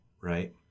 right